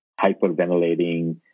hyperventilating